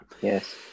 Yes